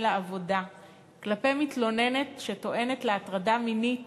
לעבודה כלפי מתלוננת שטוענת להטרדה מינית